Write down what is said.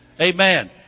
Amen